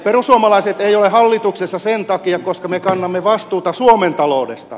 perussuomalaiset ei ole hallituksessa sen takia että me kannamme vastuuta suomen taloudesta